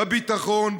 בביטחון,